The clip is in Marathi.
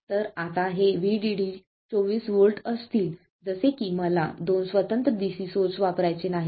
तर आता हे VDD 24 व्होल्ट्स असतील जसे की मला दोन स्वतंत्र DC सोर्स वापरायचे नाहीत